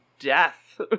death